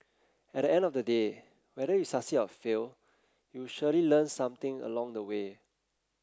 at the end of the day whether you succeed or fail you surely learn something along the way